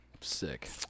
Sick